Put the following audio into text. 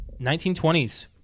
1920s